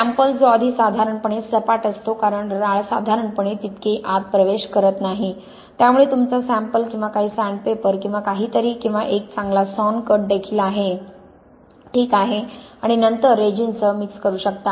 sample जो आधी साधारणपणे सपाट असतो कारण राळ साधारणपणे तितके आत प्रवेश करत नाही त्यामुळे तुम्ही तुमचा सॅम्पल किंवा काही सॅंडपेपर किंवा काहीतरी किंवा एक चांगला सॉन कट देखील ठीक आहे आणि नंतर रेजिन सह मिक्स करू शकता